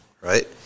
right